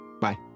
Bye